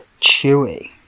chewy